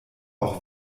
auch